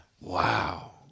Wow